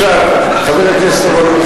חבר הכנסת אורון,